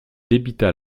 débita